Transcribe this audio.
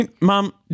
mom